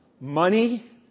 money